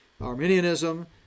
Arminianism